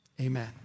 amen